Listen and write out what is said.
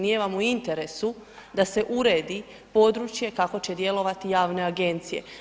Nije vam u interesu da se uredi područje kako će djelovati javne agencije.